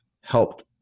helped